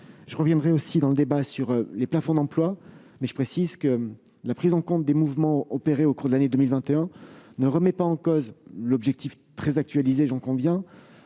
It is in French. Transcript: je reviendrai également sur les plafonds d'emplois. Je précise d'ores et déjà que la prise en compte des mouvements opérés au cours de l'année 2021 ne remet pas en cause l'objectif, très actualisé- j'en conviens